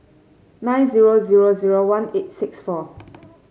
nine zero zero zero one eight six four